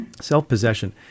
Self-possession